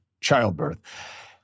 childbirth